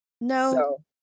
no